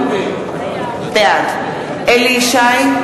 בעד אליהו ישי,